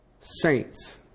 saints